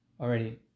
already